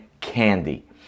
candy